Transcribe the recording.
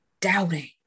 Doubting